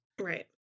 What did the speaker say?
Right